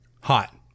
Hot